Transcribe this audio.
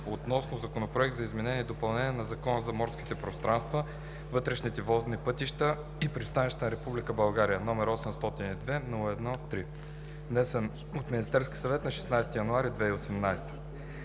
относно Законопроект за изменение и допълнение на Закона за морските пространства, вътрешните водни пътища и пристанищата на Република България, № 802-01-3, внесен от Министерския съвет на 16 януари 2018